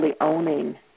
owning